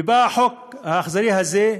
ובא החוק האכזרי הזה,